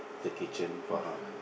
the kitchen for her